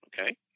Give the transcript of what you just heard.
okay